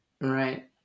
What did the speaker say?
Right